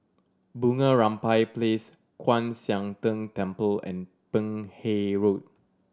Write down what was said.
Bunga Rampai Place Kwan Siang Tng Temple and Peck Hay Road